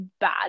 bad